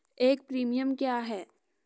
एक प्रीमियम क्या है?